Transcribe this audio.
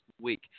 week